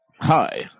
Hi